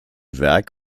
werk